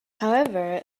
however